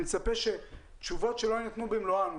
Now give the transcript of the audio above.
תשובות שלא יינתנו במלואן,